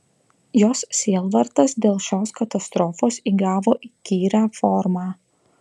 jos sielvartas dėl šios katastrofos įgavo įkyrią formą